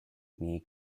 knee